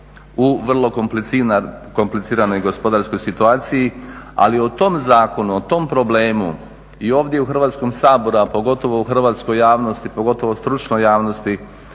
u vrlo kompliciranoj gospodarskoj situaciji. Ali o tom zakonu, o tom problemu i ovdje u Hrvatskom saboru, a pogotovo u hrvatskoj javnosti, pogotovo u stručnoj javnosti